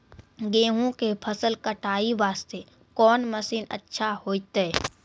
गेहूँ के फसल कटाई वास्ते कोंन मसीन अच्छा होइतै?